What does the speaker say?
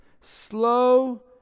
slow